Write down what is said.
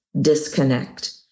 disconnect